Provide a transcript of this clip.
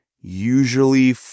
usually